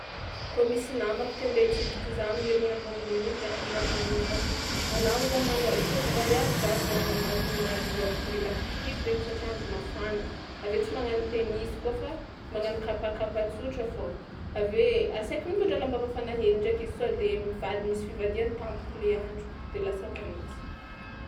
Koa misy namako tia andeha hitsidiky za amin'ny herignandro ambony iny za mivôlagna aminazy: anao hoy za manao izy koa izy vaiavy za mivôlagna aminazy magnano raoby le matifitofy regny satria andro mafana, avy eo tsy magnano tenisy koa fa magnano kapakapa tsotra fao avy eo asaiko mitondra lamba mafana hely ndraiky izy sao de miva- misy fivadihany tampoko le andro de lasa manintsy.